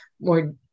more